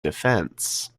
defense